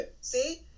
see